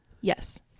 Yes